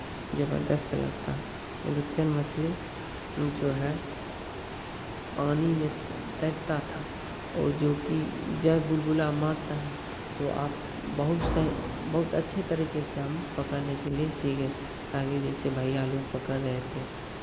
जबरदस्त लगता है रुच्चन मछली जो है पानी में तैरता था और जो कि जब बुलबुला मारता है तो आप बहुत से बहुत अच्छे तरीके से हम पकड़ने के लिए सीख गए ताकि जैसे भैया लोग पकड़ रहे थे